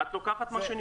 את למעשה לוקחת מה שנשאר.